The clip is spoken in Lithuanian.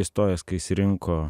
įstojęs kai jis rinko